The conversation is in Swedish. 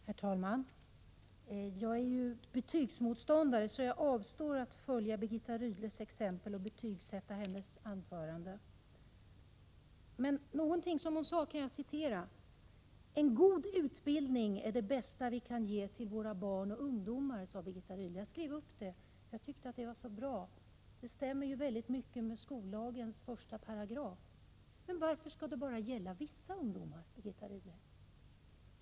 Herr talman! Jag är ju betygsmotståndare, så jag avstår från att följa Birgitta Rydles exempel och betygsätta hennes anförande. Däremot kan jag citera något som hon sade: ”En god utbildning är det bästa vi kan ge till våra barn och ungdomar.” Jag skrev upp det, för jag tyckte att det var så bra. Det stämmer ju överens med skollagens första paragraf. Men varför skall det bara gälla vissa ungdomar, Birgitta Rydle?